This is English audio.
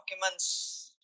documents